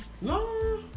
No